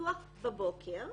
פתוחה בבוקר,